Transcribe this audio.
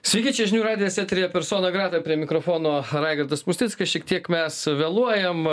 sveiki čia žinių radijas eteryje persona grata prie mikrofono raigardas musnickas šiek tiek mes vėluojam